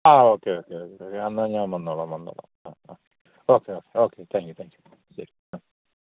ആ okay okay okay എന്നാൽ ഞാൻ വന്നോളം വന്നോളം ആ okay okay okay thank you thank you ശരി ആ